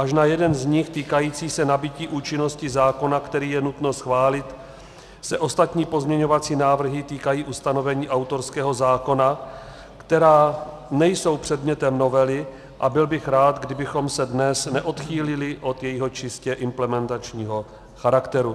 Až na jeden z nich, týkající se nabytí účinnosti zákona, který je nutno schválit, se ostatní pozměňovací návrhy týkají ustanovení autorského zákona, která nejsou předmětem novely, a byl bych rád, kdybychom se dnes neodchýlili od jejího čistě implementačního charakteru.